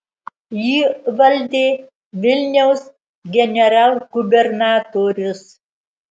jį valdė vilniaus generalgubernatorius